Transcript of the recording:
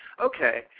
okay